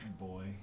boy